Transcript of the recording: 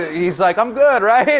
ah he's like, i'm good, right?